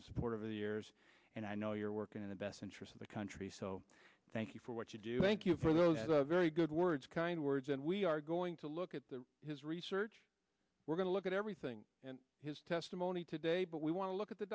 and support of the years and i know you're working in the best interest of the country so thank you for what you do thank you for the very good words kind words and we are going to look at the his research we're going to look at everything in his testimony today but we want to look at the